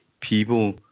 people